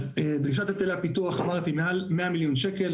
דרישת היטלי הפיתוח, אמרתי מעל 100,000,000 ₪.